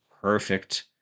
perfect